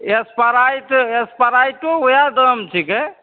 Sprite असप्राइटो वएह दाम छिकै